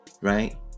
right